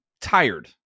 tired